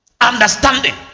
Understanding